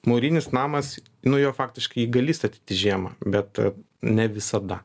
mūrinis namas nu jau faktiškai gali statyti žiemą bet ne visada